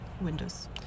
windows